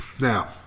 Now